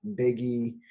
Biggie